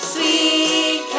Sweet